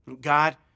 God